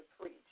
preach